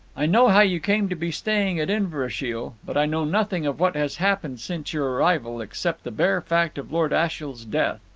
i know how you came to be staying at inverashiel, but i know nothing of what has happened since your arrival, except the bare fact of lord ashiel's death.